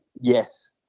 Yes